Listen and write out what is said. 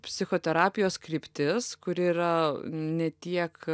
psichoterapijos kryptis kuri yra ne tiek